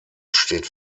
steht